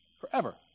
forever